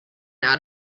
out